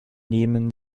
nehmen